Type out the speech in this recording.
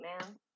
man